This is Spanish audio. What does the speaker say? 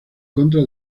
contra